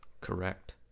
Correct